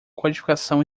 codificação